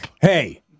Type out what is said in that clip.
Hey